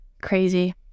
crazy